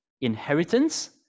inheritance